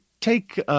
take –